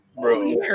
Bro